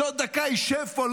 שעוד דקה ישב פה.